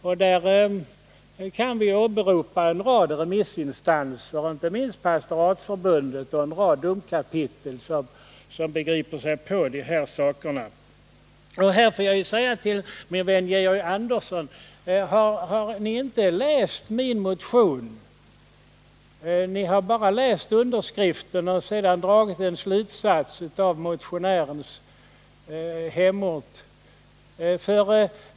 Vi kan åberopa en rad remissinstanser, inte minst Pastoratsförbundet och en rad domkapitel, som begriper sig på de här sakerna. Här får jag säga till min vän Georg Andersson: Har ni inte läst min motion? Ni har bara läst underskriften och sedan dragit en slutsats av motionärens hemort.